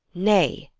nay,